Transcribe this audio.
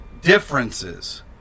differences